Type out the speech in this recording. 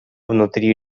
внутри